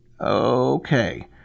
Okay